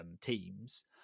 teams